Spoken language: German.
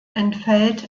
entfällt